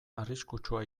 arriskutsua